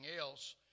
else